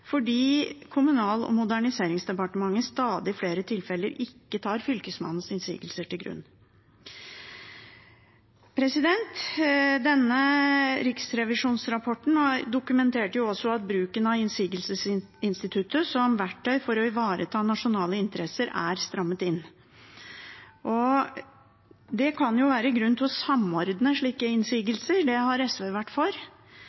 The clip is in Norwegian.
fordi Kommunal- og moderniseringsdepartementet i stadig flere tilfeller ikke legger Fylkesmannens innsigelser til grunn. Denne riksrevisjonsrapporten dokumenterte også at bruken av innsigelsesinstituttet som verktøy for å ivareta nasjonale interesser er strammet inn. Det kan jo være grunn til å samordne slike innsigelser – det har SV vært for.